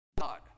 God